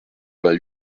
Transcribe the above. vingt